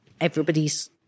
everybody's